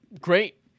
Great